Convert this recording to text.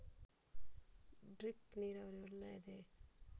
Drip ನೀರಾವರಿ ಒಳ್ಳೆಯದೇ?